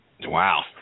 Wow